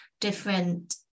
different